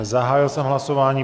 Zahájil jsem hlasování.